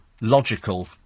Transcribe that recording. logical